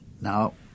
now